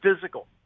physical